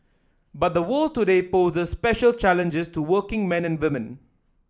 but the world today poses special challenges to working men and women